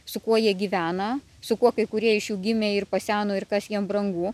su kuo jie gyvena su kuo kai kurie iš jų gimė ir paseno ir kas jiem brangu